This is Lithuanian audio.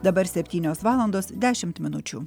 dabar septynios valandos dešimt minučių